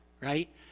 right